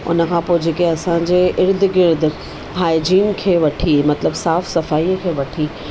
हुन खां पोइ जेके असांजे इर्द गिर्द हायजीन खे वठी मतिलबु साफ़ु सफ़ाईअ खे वठी